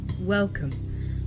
welcome